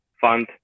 fund